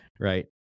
Right